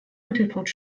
mittelpunkt